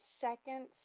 second